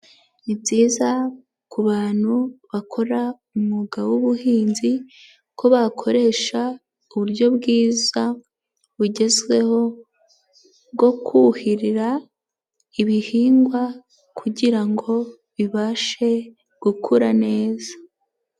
Ni byiza ku bantu bakora umwuga w'ubuhinzi, ko bakoresha uburyo bwiza bugezweho bwo kuhirira ibihingwa kugirango bibashe gukura neza.